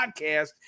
podcast